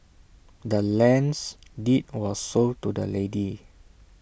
the land's deed was sold to the lady